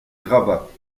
grabat